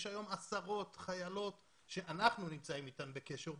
יש היום עשרות חיילות בוגרות החינוך החרדי שאנחנו נמצאים אתן בקשר,